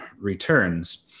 returns